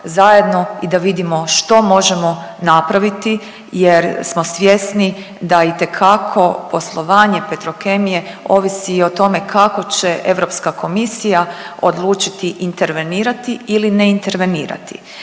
zajedno i da vidimo što možemo napraviti jer smo svjesni da itekako poslovanje Petrokemije ovisi o tome kako će Europska komisija odlučiti intervenirati ili ne intervenirati.